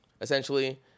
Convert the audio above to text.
essentially